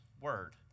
word